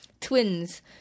twins